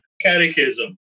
Catechism